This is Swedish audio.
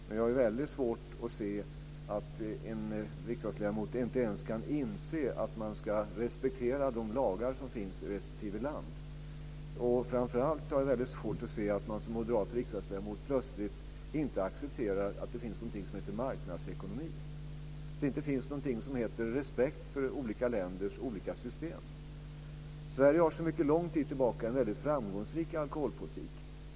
Men jag har väldigt svårt att se att en riksdagsledamot inte ens kan inse att man ska respektera de lagar som finns i respektive land. Framför allt har jag svårt att se att man som moderat riksdagsledamot plötsligt inte accepterar att det finns någonting som heter marknadsekonomi, att det finns någonting som heter respekt för olika länders olika system. Sverige har sedan en mycket lång tid tillbaka en mycket framgångsrik alkoholpolitik.